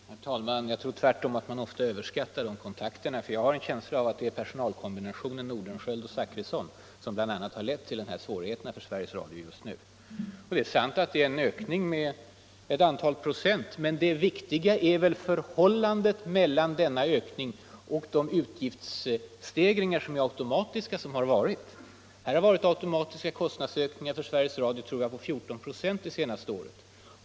Herr talman! Jag tror tvärtom att man ofta överskattar kontakterna mellan Sveriges Radio och kanslihuset. Jag har en känsla av att det är personalkombinationen Nordenskiöld och Zachrisson som bl.a. lett till svårigheterna för Sveriges Radio just nu. Det är sant att budgeten ökats med ett antal procent, men det viktiga är väl förhållandet mellan denna ökning och de automatiska utgiftsstegringarna. Sveriges Radio har haft automatiska kostnadsökningar på 14 96 det senaste året.